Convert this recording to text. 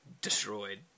destroyed